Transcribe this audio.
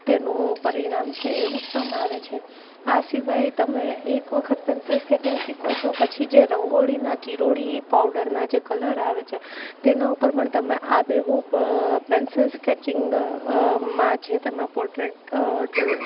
તેનું પરિણામ છે એ ઉત્તમ આવે છે આ સિવાય તમે એક વખત પેન્સિલ સ્કેચિંગ શીખો છો પછી જે રંગોળીના ચીરોળી પાવડરના જે કલર આવે છે તેના ઉપર પણ તમે આબેહૂબ પેન્સિલ સ્કેચિંગ માં જે તમે પોટ્રેટ ડ્રો